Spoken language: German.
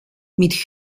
mit